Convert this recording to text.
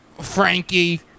Frankie